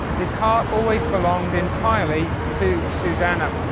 his heart always belonged entirely to susannah.